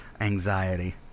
Anxiety